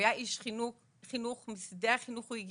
הוא היה איש חינוך, הוא הגיע משדה החינוך.